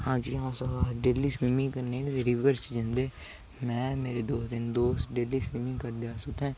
हांजी अस daily river च जन्ने में मेरे दो तीन दोस्त डेली स्विमिंग करने उत्थैं